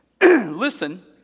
listen